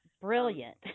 Brilliant